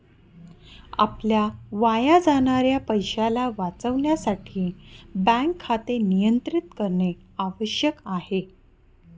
आपल्या वाया जाणाऱ्या पैशाला वाचविण्यासाठी बँक खाते नियंत्रित करणे आवश्यक आहे